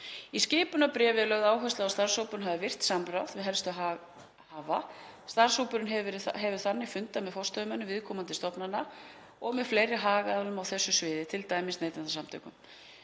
Í skipunarbréfi er lögð áhersla á að starfshópurinn hafi virkt samráð við helstu haghafa. Starfshópurinn hefur þannig fundað með forstöðumönnum viðkomandi stofnana og með fleiri hagaðilum á þessu sviði, t.d. Neytendasamtökunum.